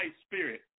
spirit